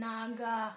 Naga